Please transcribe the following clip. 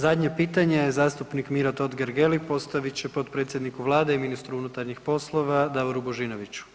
Zadnje pitanje zastupnik Miro Totgergeli postavit će potpredsjedniku Vlade i ministru unutarnjih poslova Davoru Božinoviću.